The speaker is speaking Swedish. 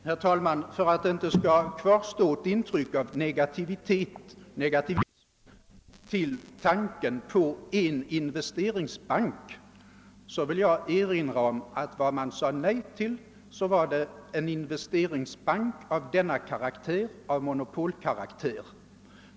Herr talman! För att det inte skall kvarstå ett intryck av negativism till tanken på en investeringsbank vill jag erinra om att vad man sade nej till var en investeringsbank av monopolkaraktär.